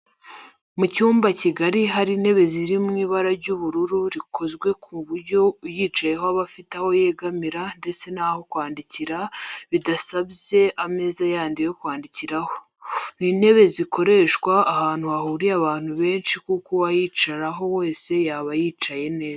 Mu cyumba kigari hari intebe ziri mu ibara ry'ubururu zikozwe ku buryo uyicayeho aba afite aho yegamira ndetse n'aho kwandikira bidasabye ameza yandi yo kwandikiraho. Ni intebe zakoreshwa ahantu hahuriye abantu benshi kuko uwayicaraho wese yaba yicaye neza.